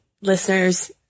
listeners